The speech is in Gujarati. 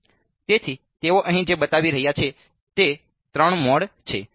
તેથી તેઓ અહીં જે બતાવી રહ્યા છે તે તે ત્રણ મોડ છે